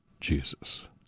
Jesus